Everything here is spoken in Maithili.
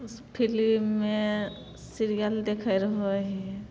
फिल्ममे सीरियल देखै रहै हियै